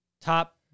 top